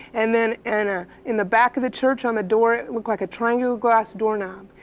and then in ah in the back of the church on the door it looked like a triangle glass door knob.